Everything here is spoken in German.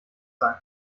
sein